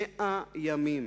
100 ימים,